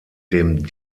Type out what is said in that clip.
dem